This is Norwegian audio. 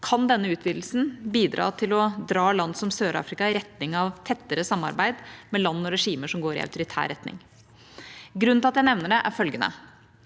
kan denne utvidelsen bidra til å dra land som Sør-Afrika i retning av et tettere samarbeid med land og regimer som går i autoritær retning. Grunnen til at jeg nevner det, er følgende: